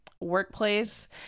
workplace